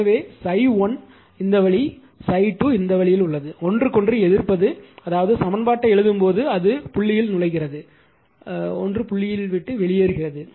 எனவே ∅1 இந்த வழி ∅2 இந்த வழி உள்ளது ஒன்றுக்கொன்று எதிர்ப்பது அதாவது சமன்பாட்டை எழுதும் போது அது புள்ளியில் நுழைகிறது புள்ளியை விட்டு வெளியேறுகிறது